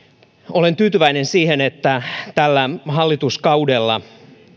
olen tyytyväinen siihen että tällä hallituskaudella